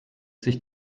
sich